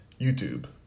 YouTube